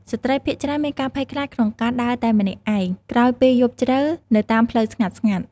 ស្ត្រីភាគច្រើនមានការភ័យខ្លាចក្នុងការដើរតែម្នាក់ឯងក្រោយពេលយប់ជ្រៅនៅតាមផ្លូវស្ងាត់ៗ។